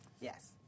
Yes